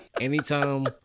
Anytime